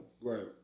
Right